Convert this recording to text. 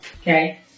Okay